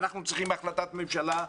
אנחנו צריכים החלטת ממשלה,